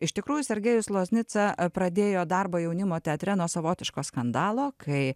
iš tikrųjų sergejus loznica pradėjo darbą jaunimo teatre nuo savotiško skandalo kai